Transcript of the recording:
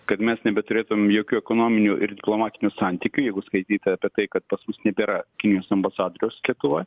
kad mes nebeturėtumėm jokių ekonominių ir diplomatinių santykių jeigu skaityti apie tai kad pas mus nebėra kinijos ambasadoriaus lietuvoj